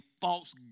false